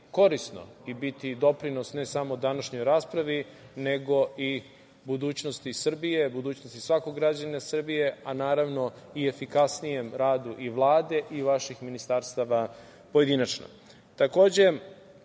i biti doprinos ne samo današnjoj raspravi, nego i budućnosti Srbije, budućnosti svakog građana Srbije, a naravno i efikasnijem radu i Vlade i vaših ministarstava pojedinačno. Takođe,